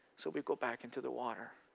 so we go back into the water.